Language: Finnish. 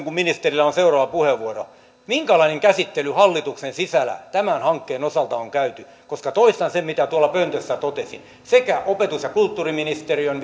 kun ministerillä on seuraava puheenvuoro minkälainen käsittely hallituksen sisällä tämän hankkeen osalta on käyty toistan sen mitä tuolla pöntössä totesin sekä opetus ja kulttuuriministeriön